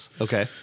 Okay